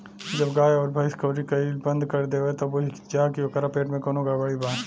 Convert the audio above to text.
जब गाय अउर भइस कउरी कईल बंद कर देवे त बुझ जा की ओकरा पेट में कवनो गड़बड़ी बा